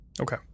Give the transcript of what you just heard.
Okay